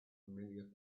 familiar